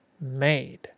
made